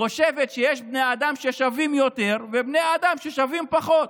חושבת שיש בני אדם ששווים יותר ובני אדם ששווים פחות,